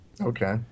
Okay